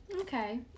Okay